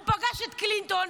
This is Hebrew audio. הוא פגש את קלינטון,